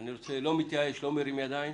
אני לא מתייאש ולא מרים ידיים.